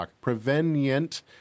Prevenient